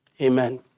Amen